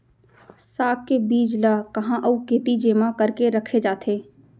साग के बीज ला कहाँ अऊ केती जेमा करके रखे जाथे?